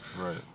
Right